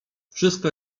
wszystko